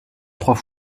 trois